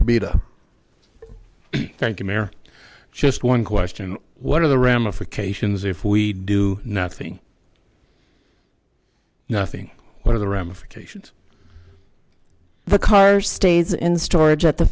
mayor just one question what are the ramifications if we do nothing nothing what are the ramifications the car stays in storage at the